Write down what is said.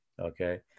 Okay